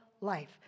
life